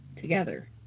Together